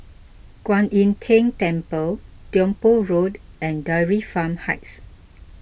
Kwan Im Tng Temple Tiong Poh Road and Dairy Farm Heights